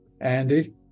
Andy